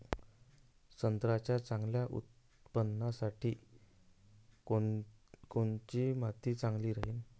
संत्र्याच्या चांगल्या उत्पन्नासाठी कोनची माती चांगली राहिनं?